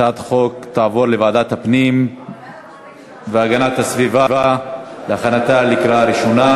הצעת החוק תעבור לוועדת הפנים והגנת הסביבה להכנתה לקריאה ראשונה.